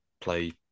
play